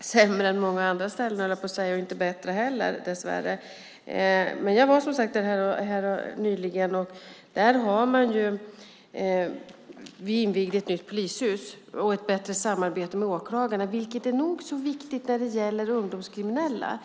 sämre än många andra ställen, höll jag på att säga, och inte bättre heller, dessvärre. Men jag var som sagt där nyligen. Vi invigde ett nytt polishus och ett bättre samarbete med åklagarna, vilket är nog så viktigt när det gäller ungdomskriminella.